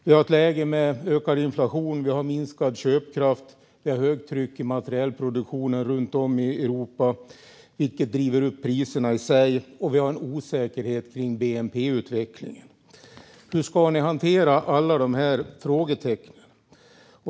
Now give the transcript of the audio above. Vi har ett läge med ökad inflation och minskad köpkraft. Det är högtryck i materielproduktionen runt om i Europa, vilket driver upp priserna, och vi har en osäkerhet kring bnp-utvecklingen. Hur ska ni hantera alla de här frågetecknen?